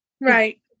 Right